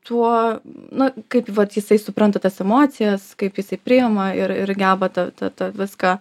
tuo nu kaip vat jisai supranta tas emocijas kaip jisai priema ir ir geba tą tą tą viską